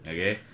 Okay